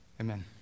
amen